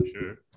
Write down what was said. Sure